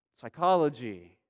psychology